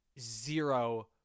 zero